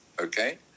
Okay